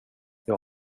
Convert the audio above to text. jag